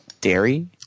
dairy